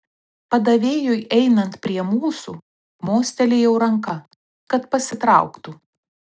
padavėjui einant prie mūsų mostelėjau ranka kad pasitrauktų